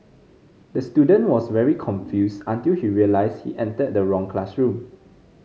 the student was very confused until he realised he entered the wrong classroom